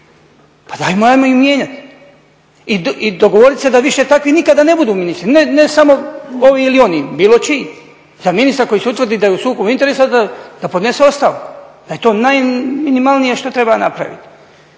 3. Pa ajmo ih mijenjati i dogovoriti se da više takvi nikada ne budu ministri, ne samo ovi ili oni, bilo čiji. Za ministra za kojeg se utvrdi da je u sukobu interesa da podnese ostavku, da je to najminimalnije što treba napraviti.